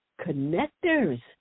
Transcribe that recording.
connectors